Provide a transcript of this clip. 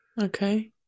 Okay